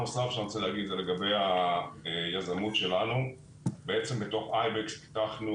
לגבי היזמות שלנו - בתוך אייבקס פיתחנו